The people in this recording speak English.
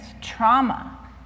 trauma